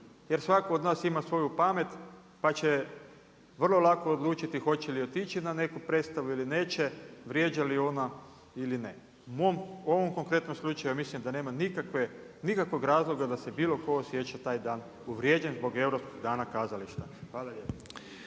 jer svatko od nas ima svoju pamet pa će vrlo lako odlučili hoće li otići na neku predstavu ili neće, vrijeđa li ona ili ne. U mom ovom konkretnom slučaju ja mislim da nema nikakvog razloga da se bilo tko osjeća taj dan uvrijeđen zbog Europskog dana kazališta. Hvala lijepo.